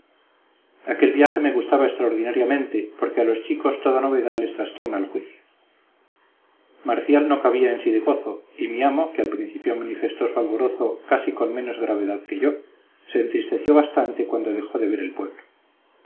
aquel viaje me gustaba extraordinariamente porque a los chicos toda novedad les trastorna el juicio marcial no cabía en sí de gozo y mi amo que al principio manifestó su alborozo casi con menos gravedad que yo se entristeció bastante cuando dejó de ver el pueblo